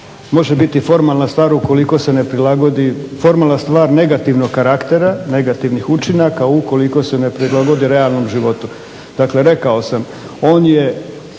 može biti formalna stvar ukoliko se ne prilagodi, formalna stvar negativnog karaktera, negativnih učinaka ukoliko se ne prilagodi realnom životu. Dakle, rekao sam on je